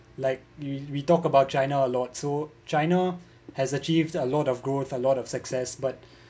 like we we talk about china a lot so china has achieved a lot of growth a lot of success but